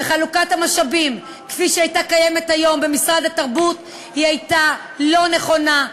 וחלוקת המשאבים כפי שהייתה קיימת עד היום במשרד התרבות הייתה לא נכונה,